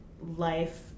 Life